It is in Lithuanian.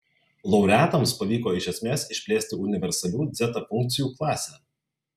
laureatams pavyko iš esmės išplėsti universalių dzeta funkcijų klasę